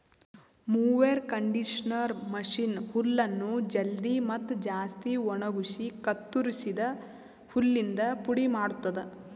mower conditioner machine ಹುಲ್ಲನ್ನು ಜಲ್ದಿ ಮತ್ತ ಜಾಸ್ತಿ ಒಣಗುಸಿ ಕತ್ತುರಸಿದ ಹುಲ್ಲಿಂದ ಪುಡಿ ಮಾಡ್ತುದ